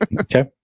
Okay